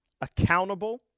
accountable